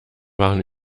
waren